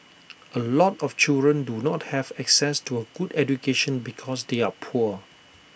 A lot of children do not have access to A good education because they are poor